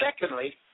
Secondly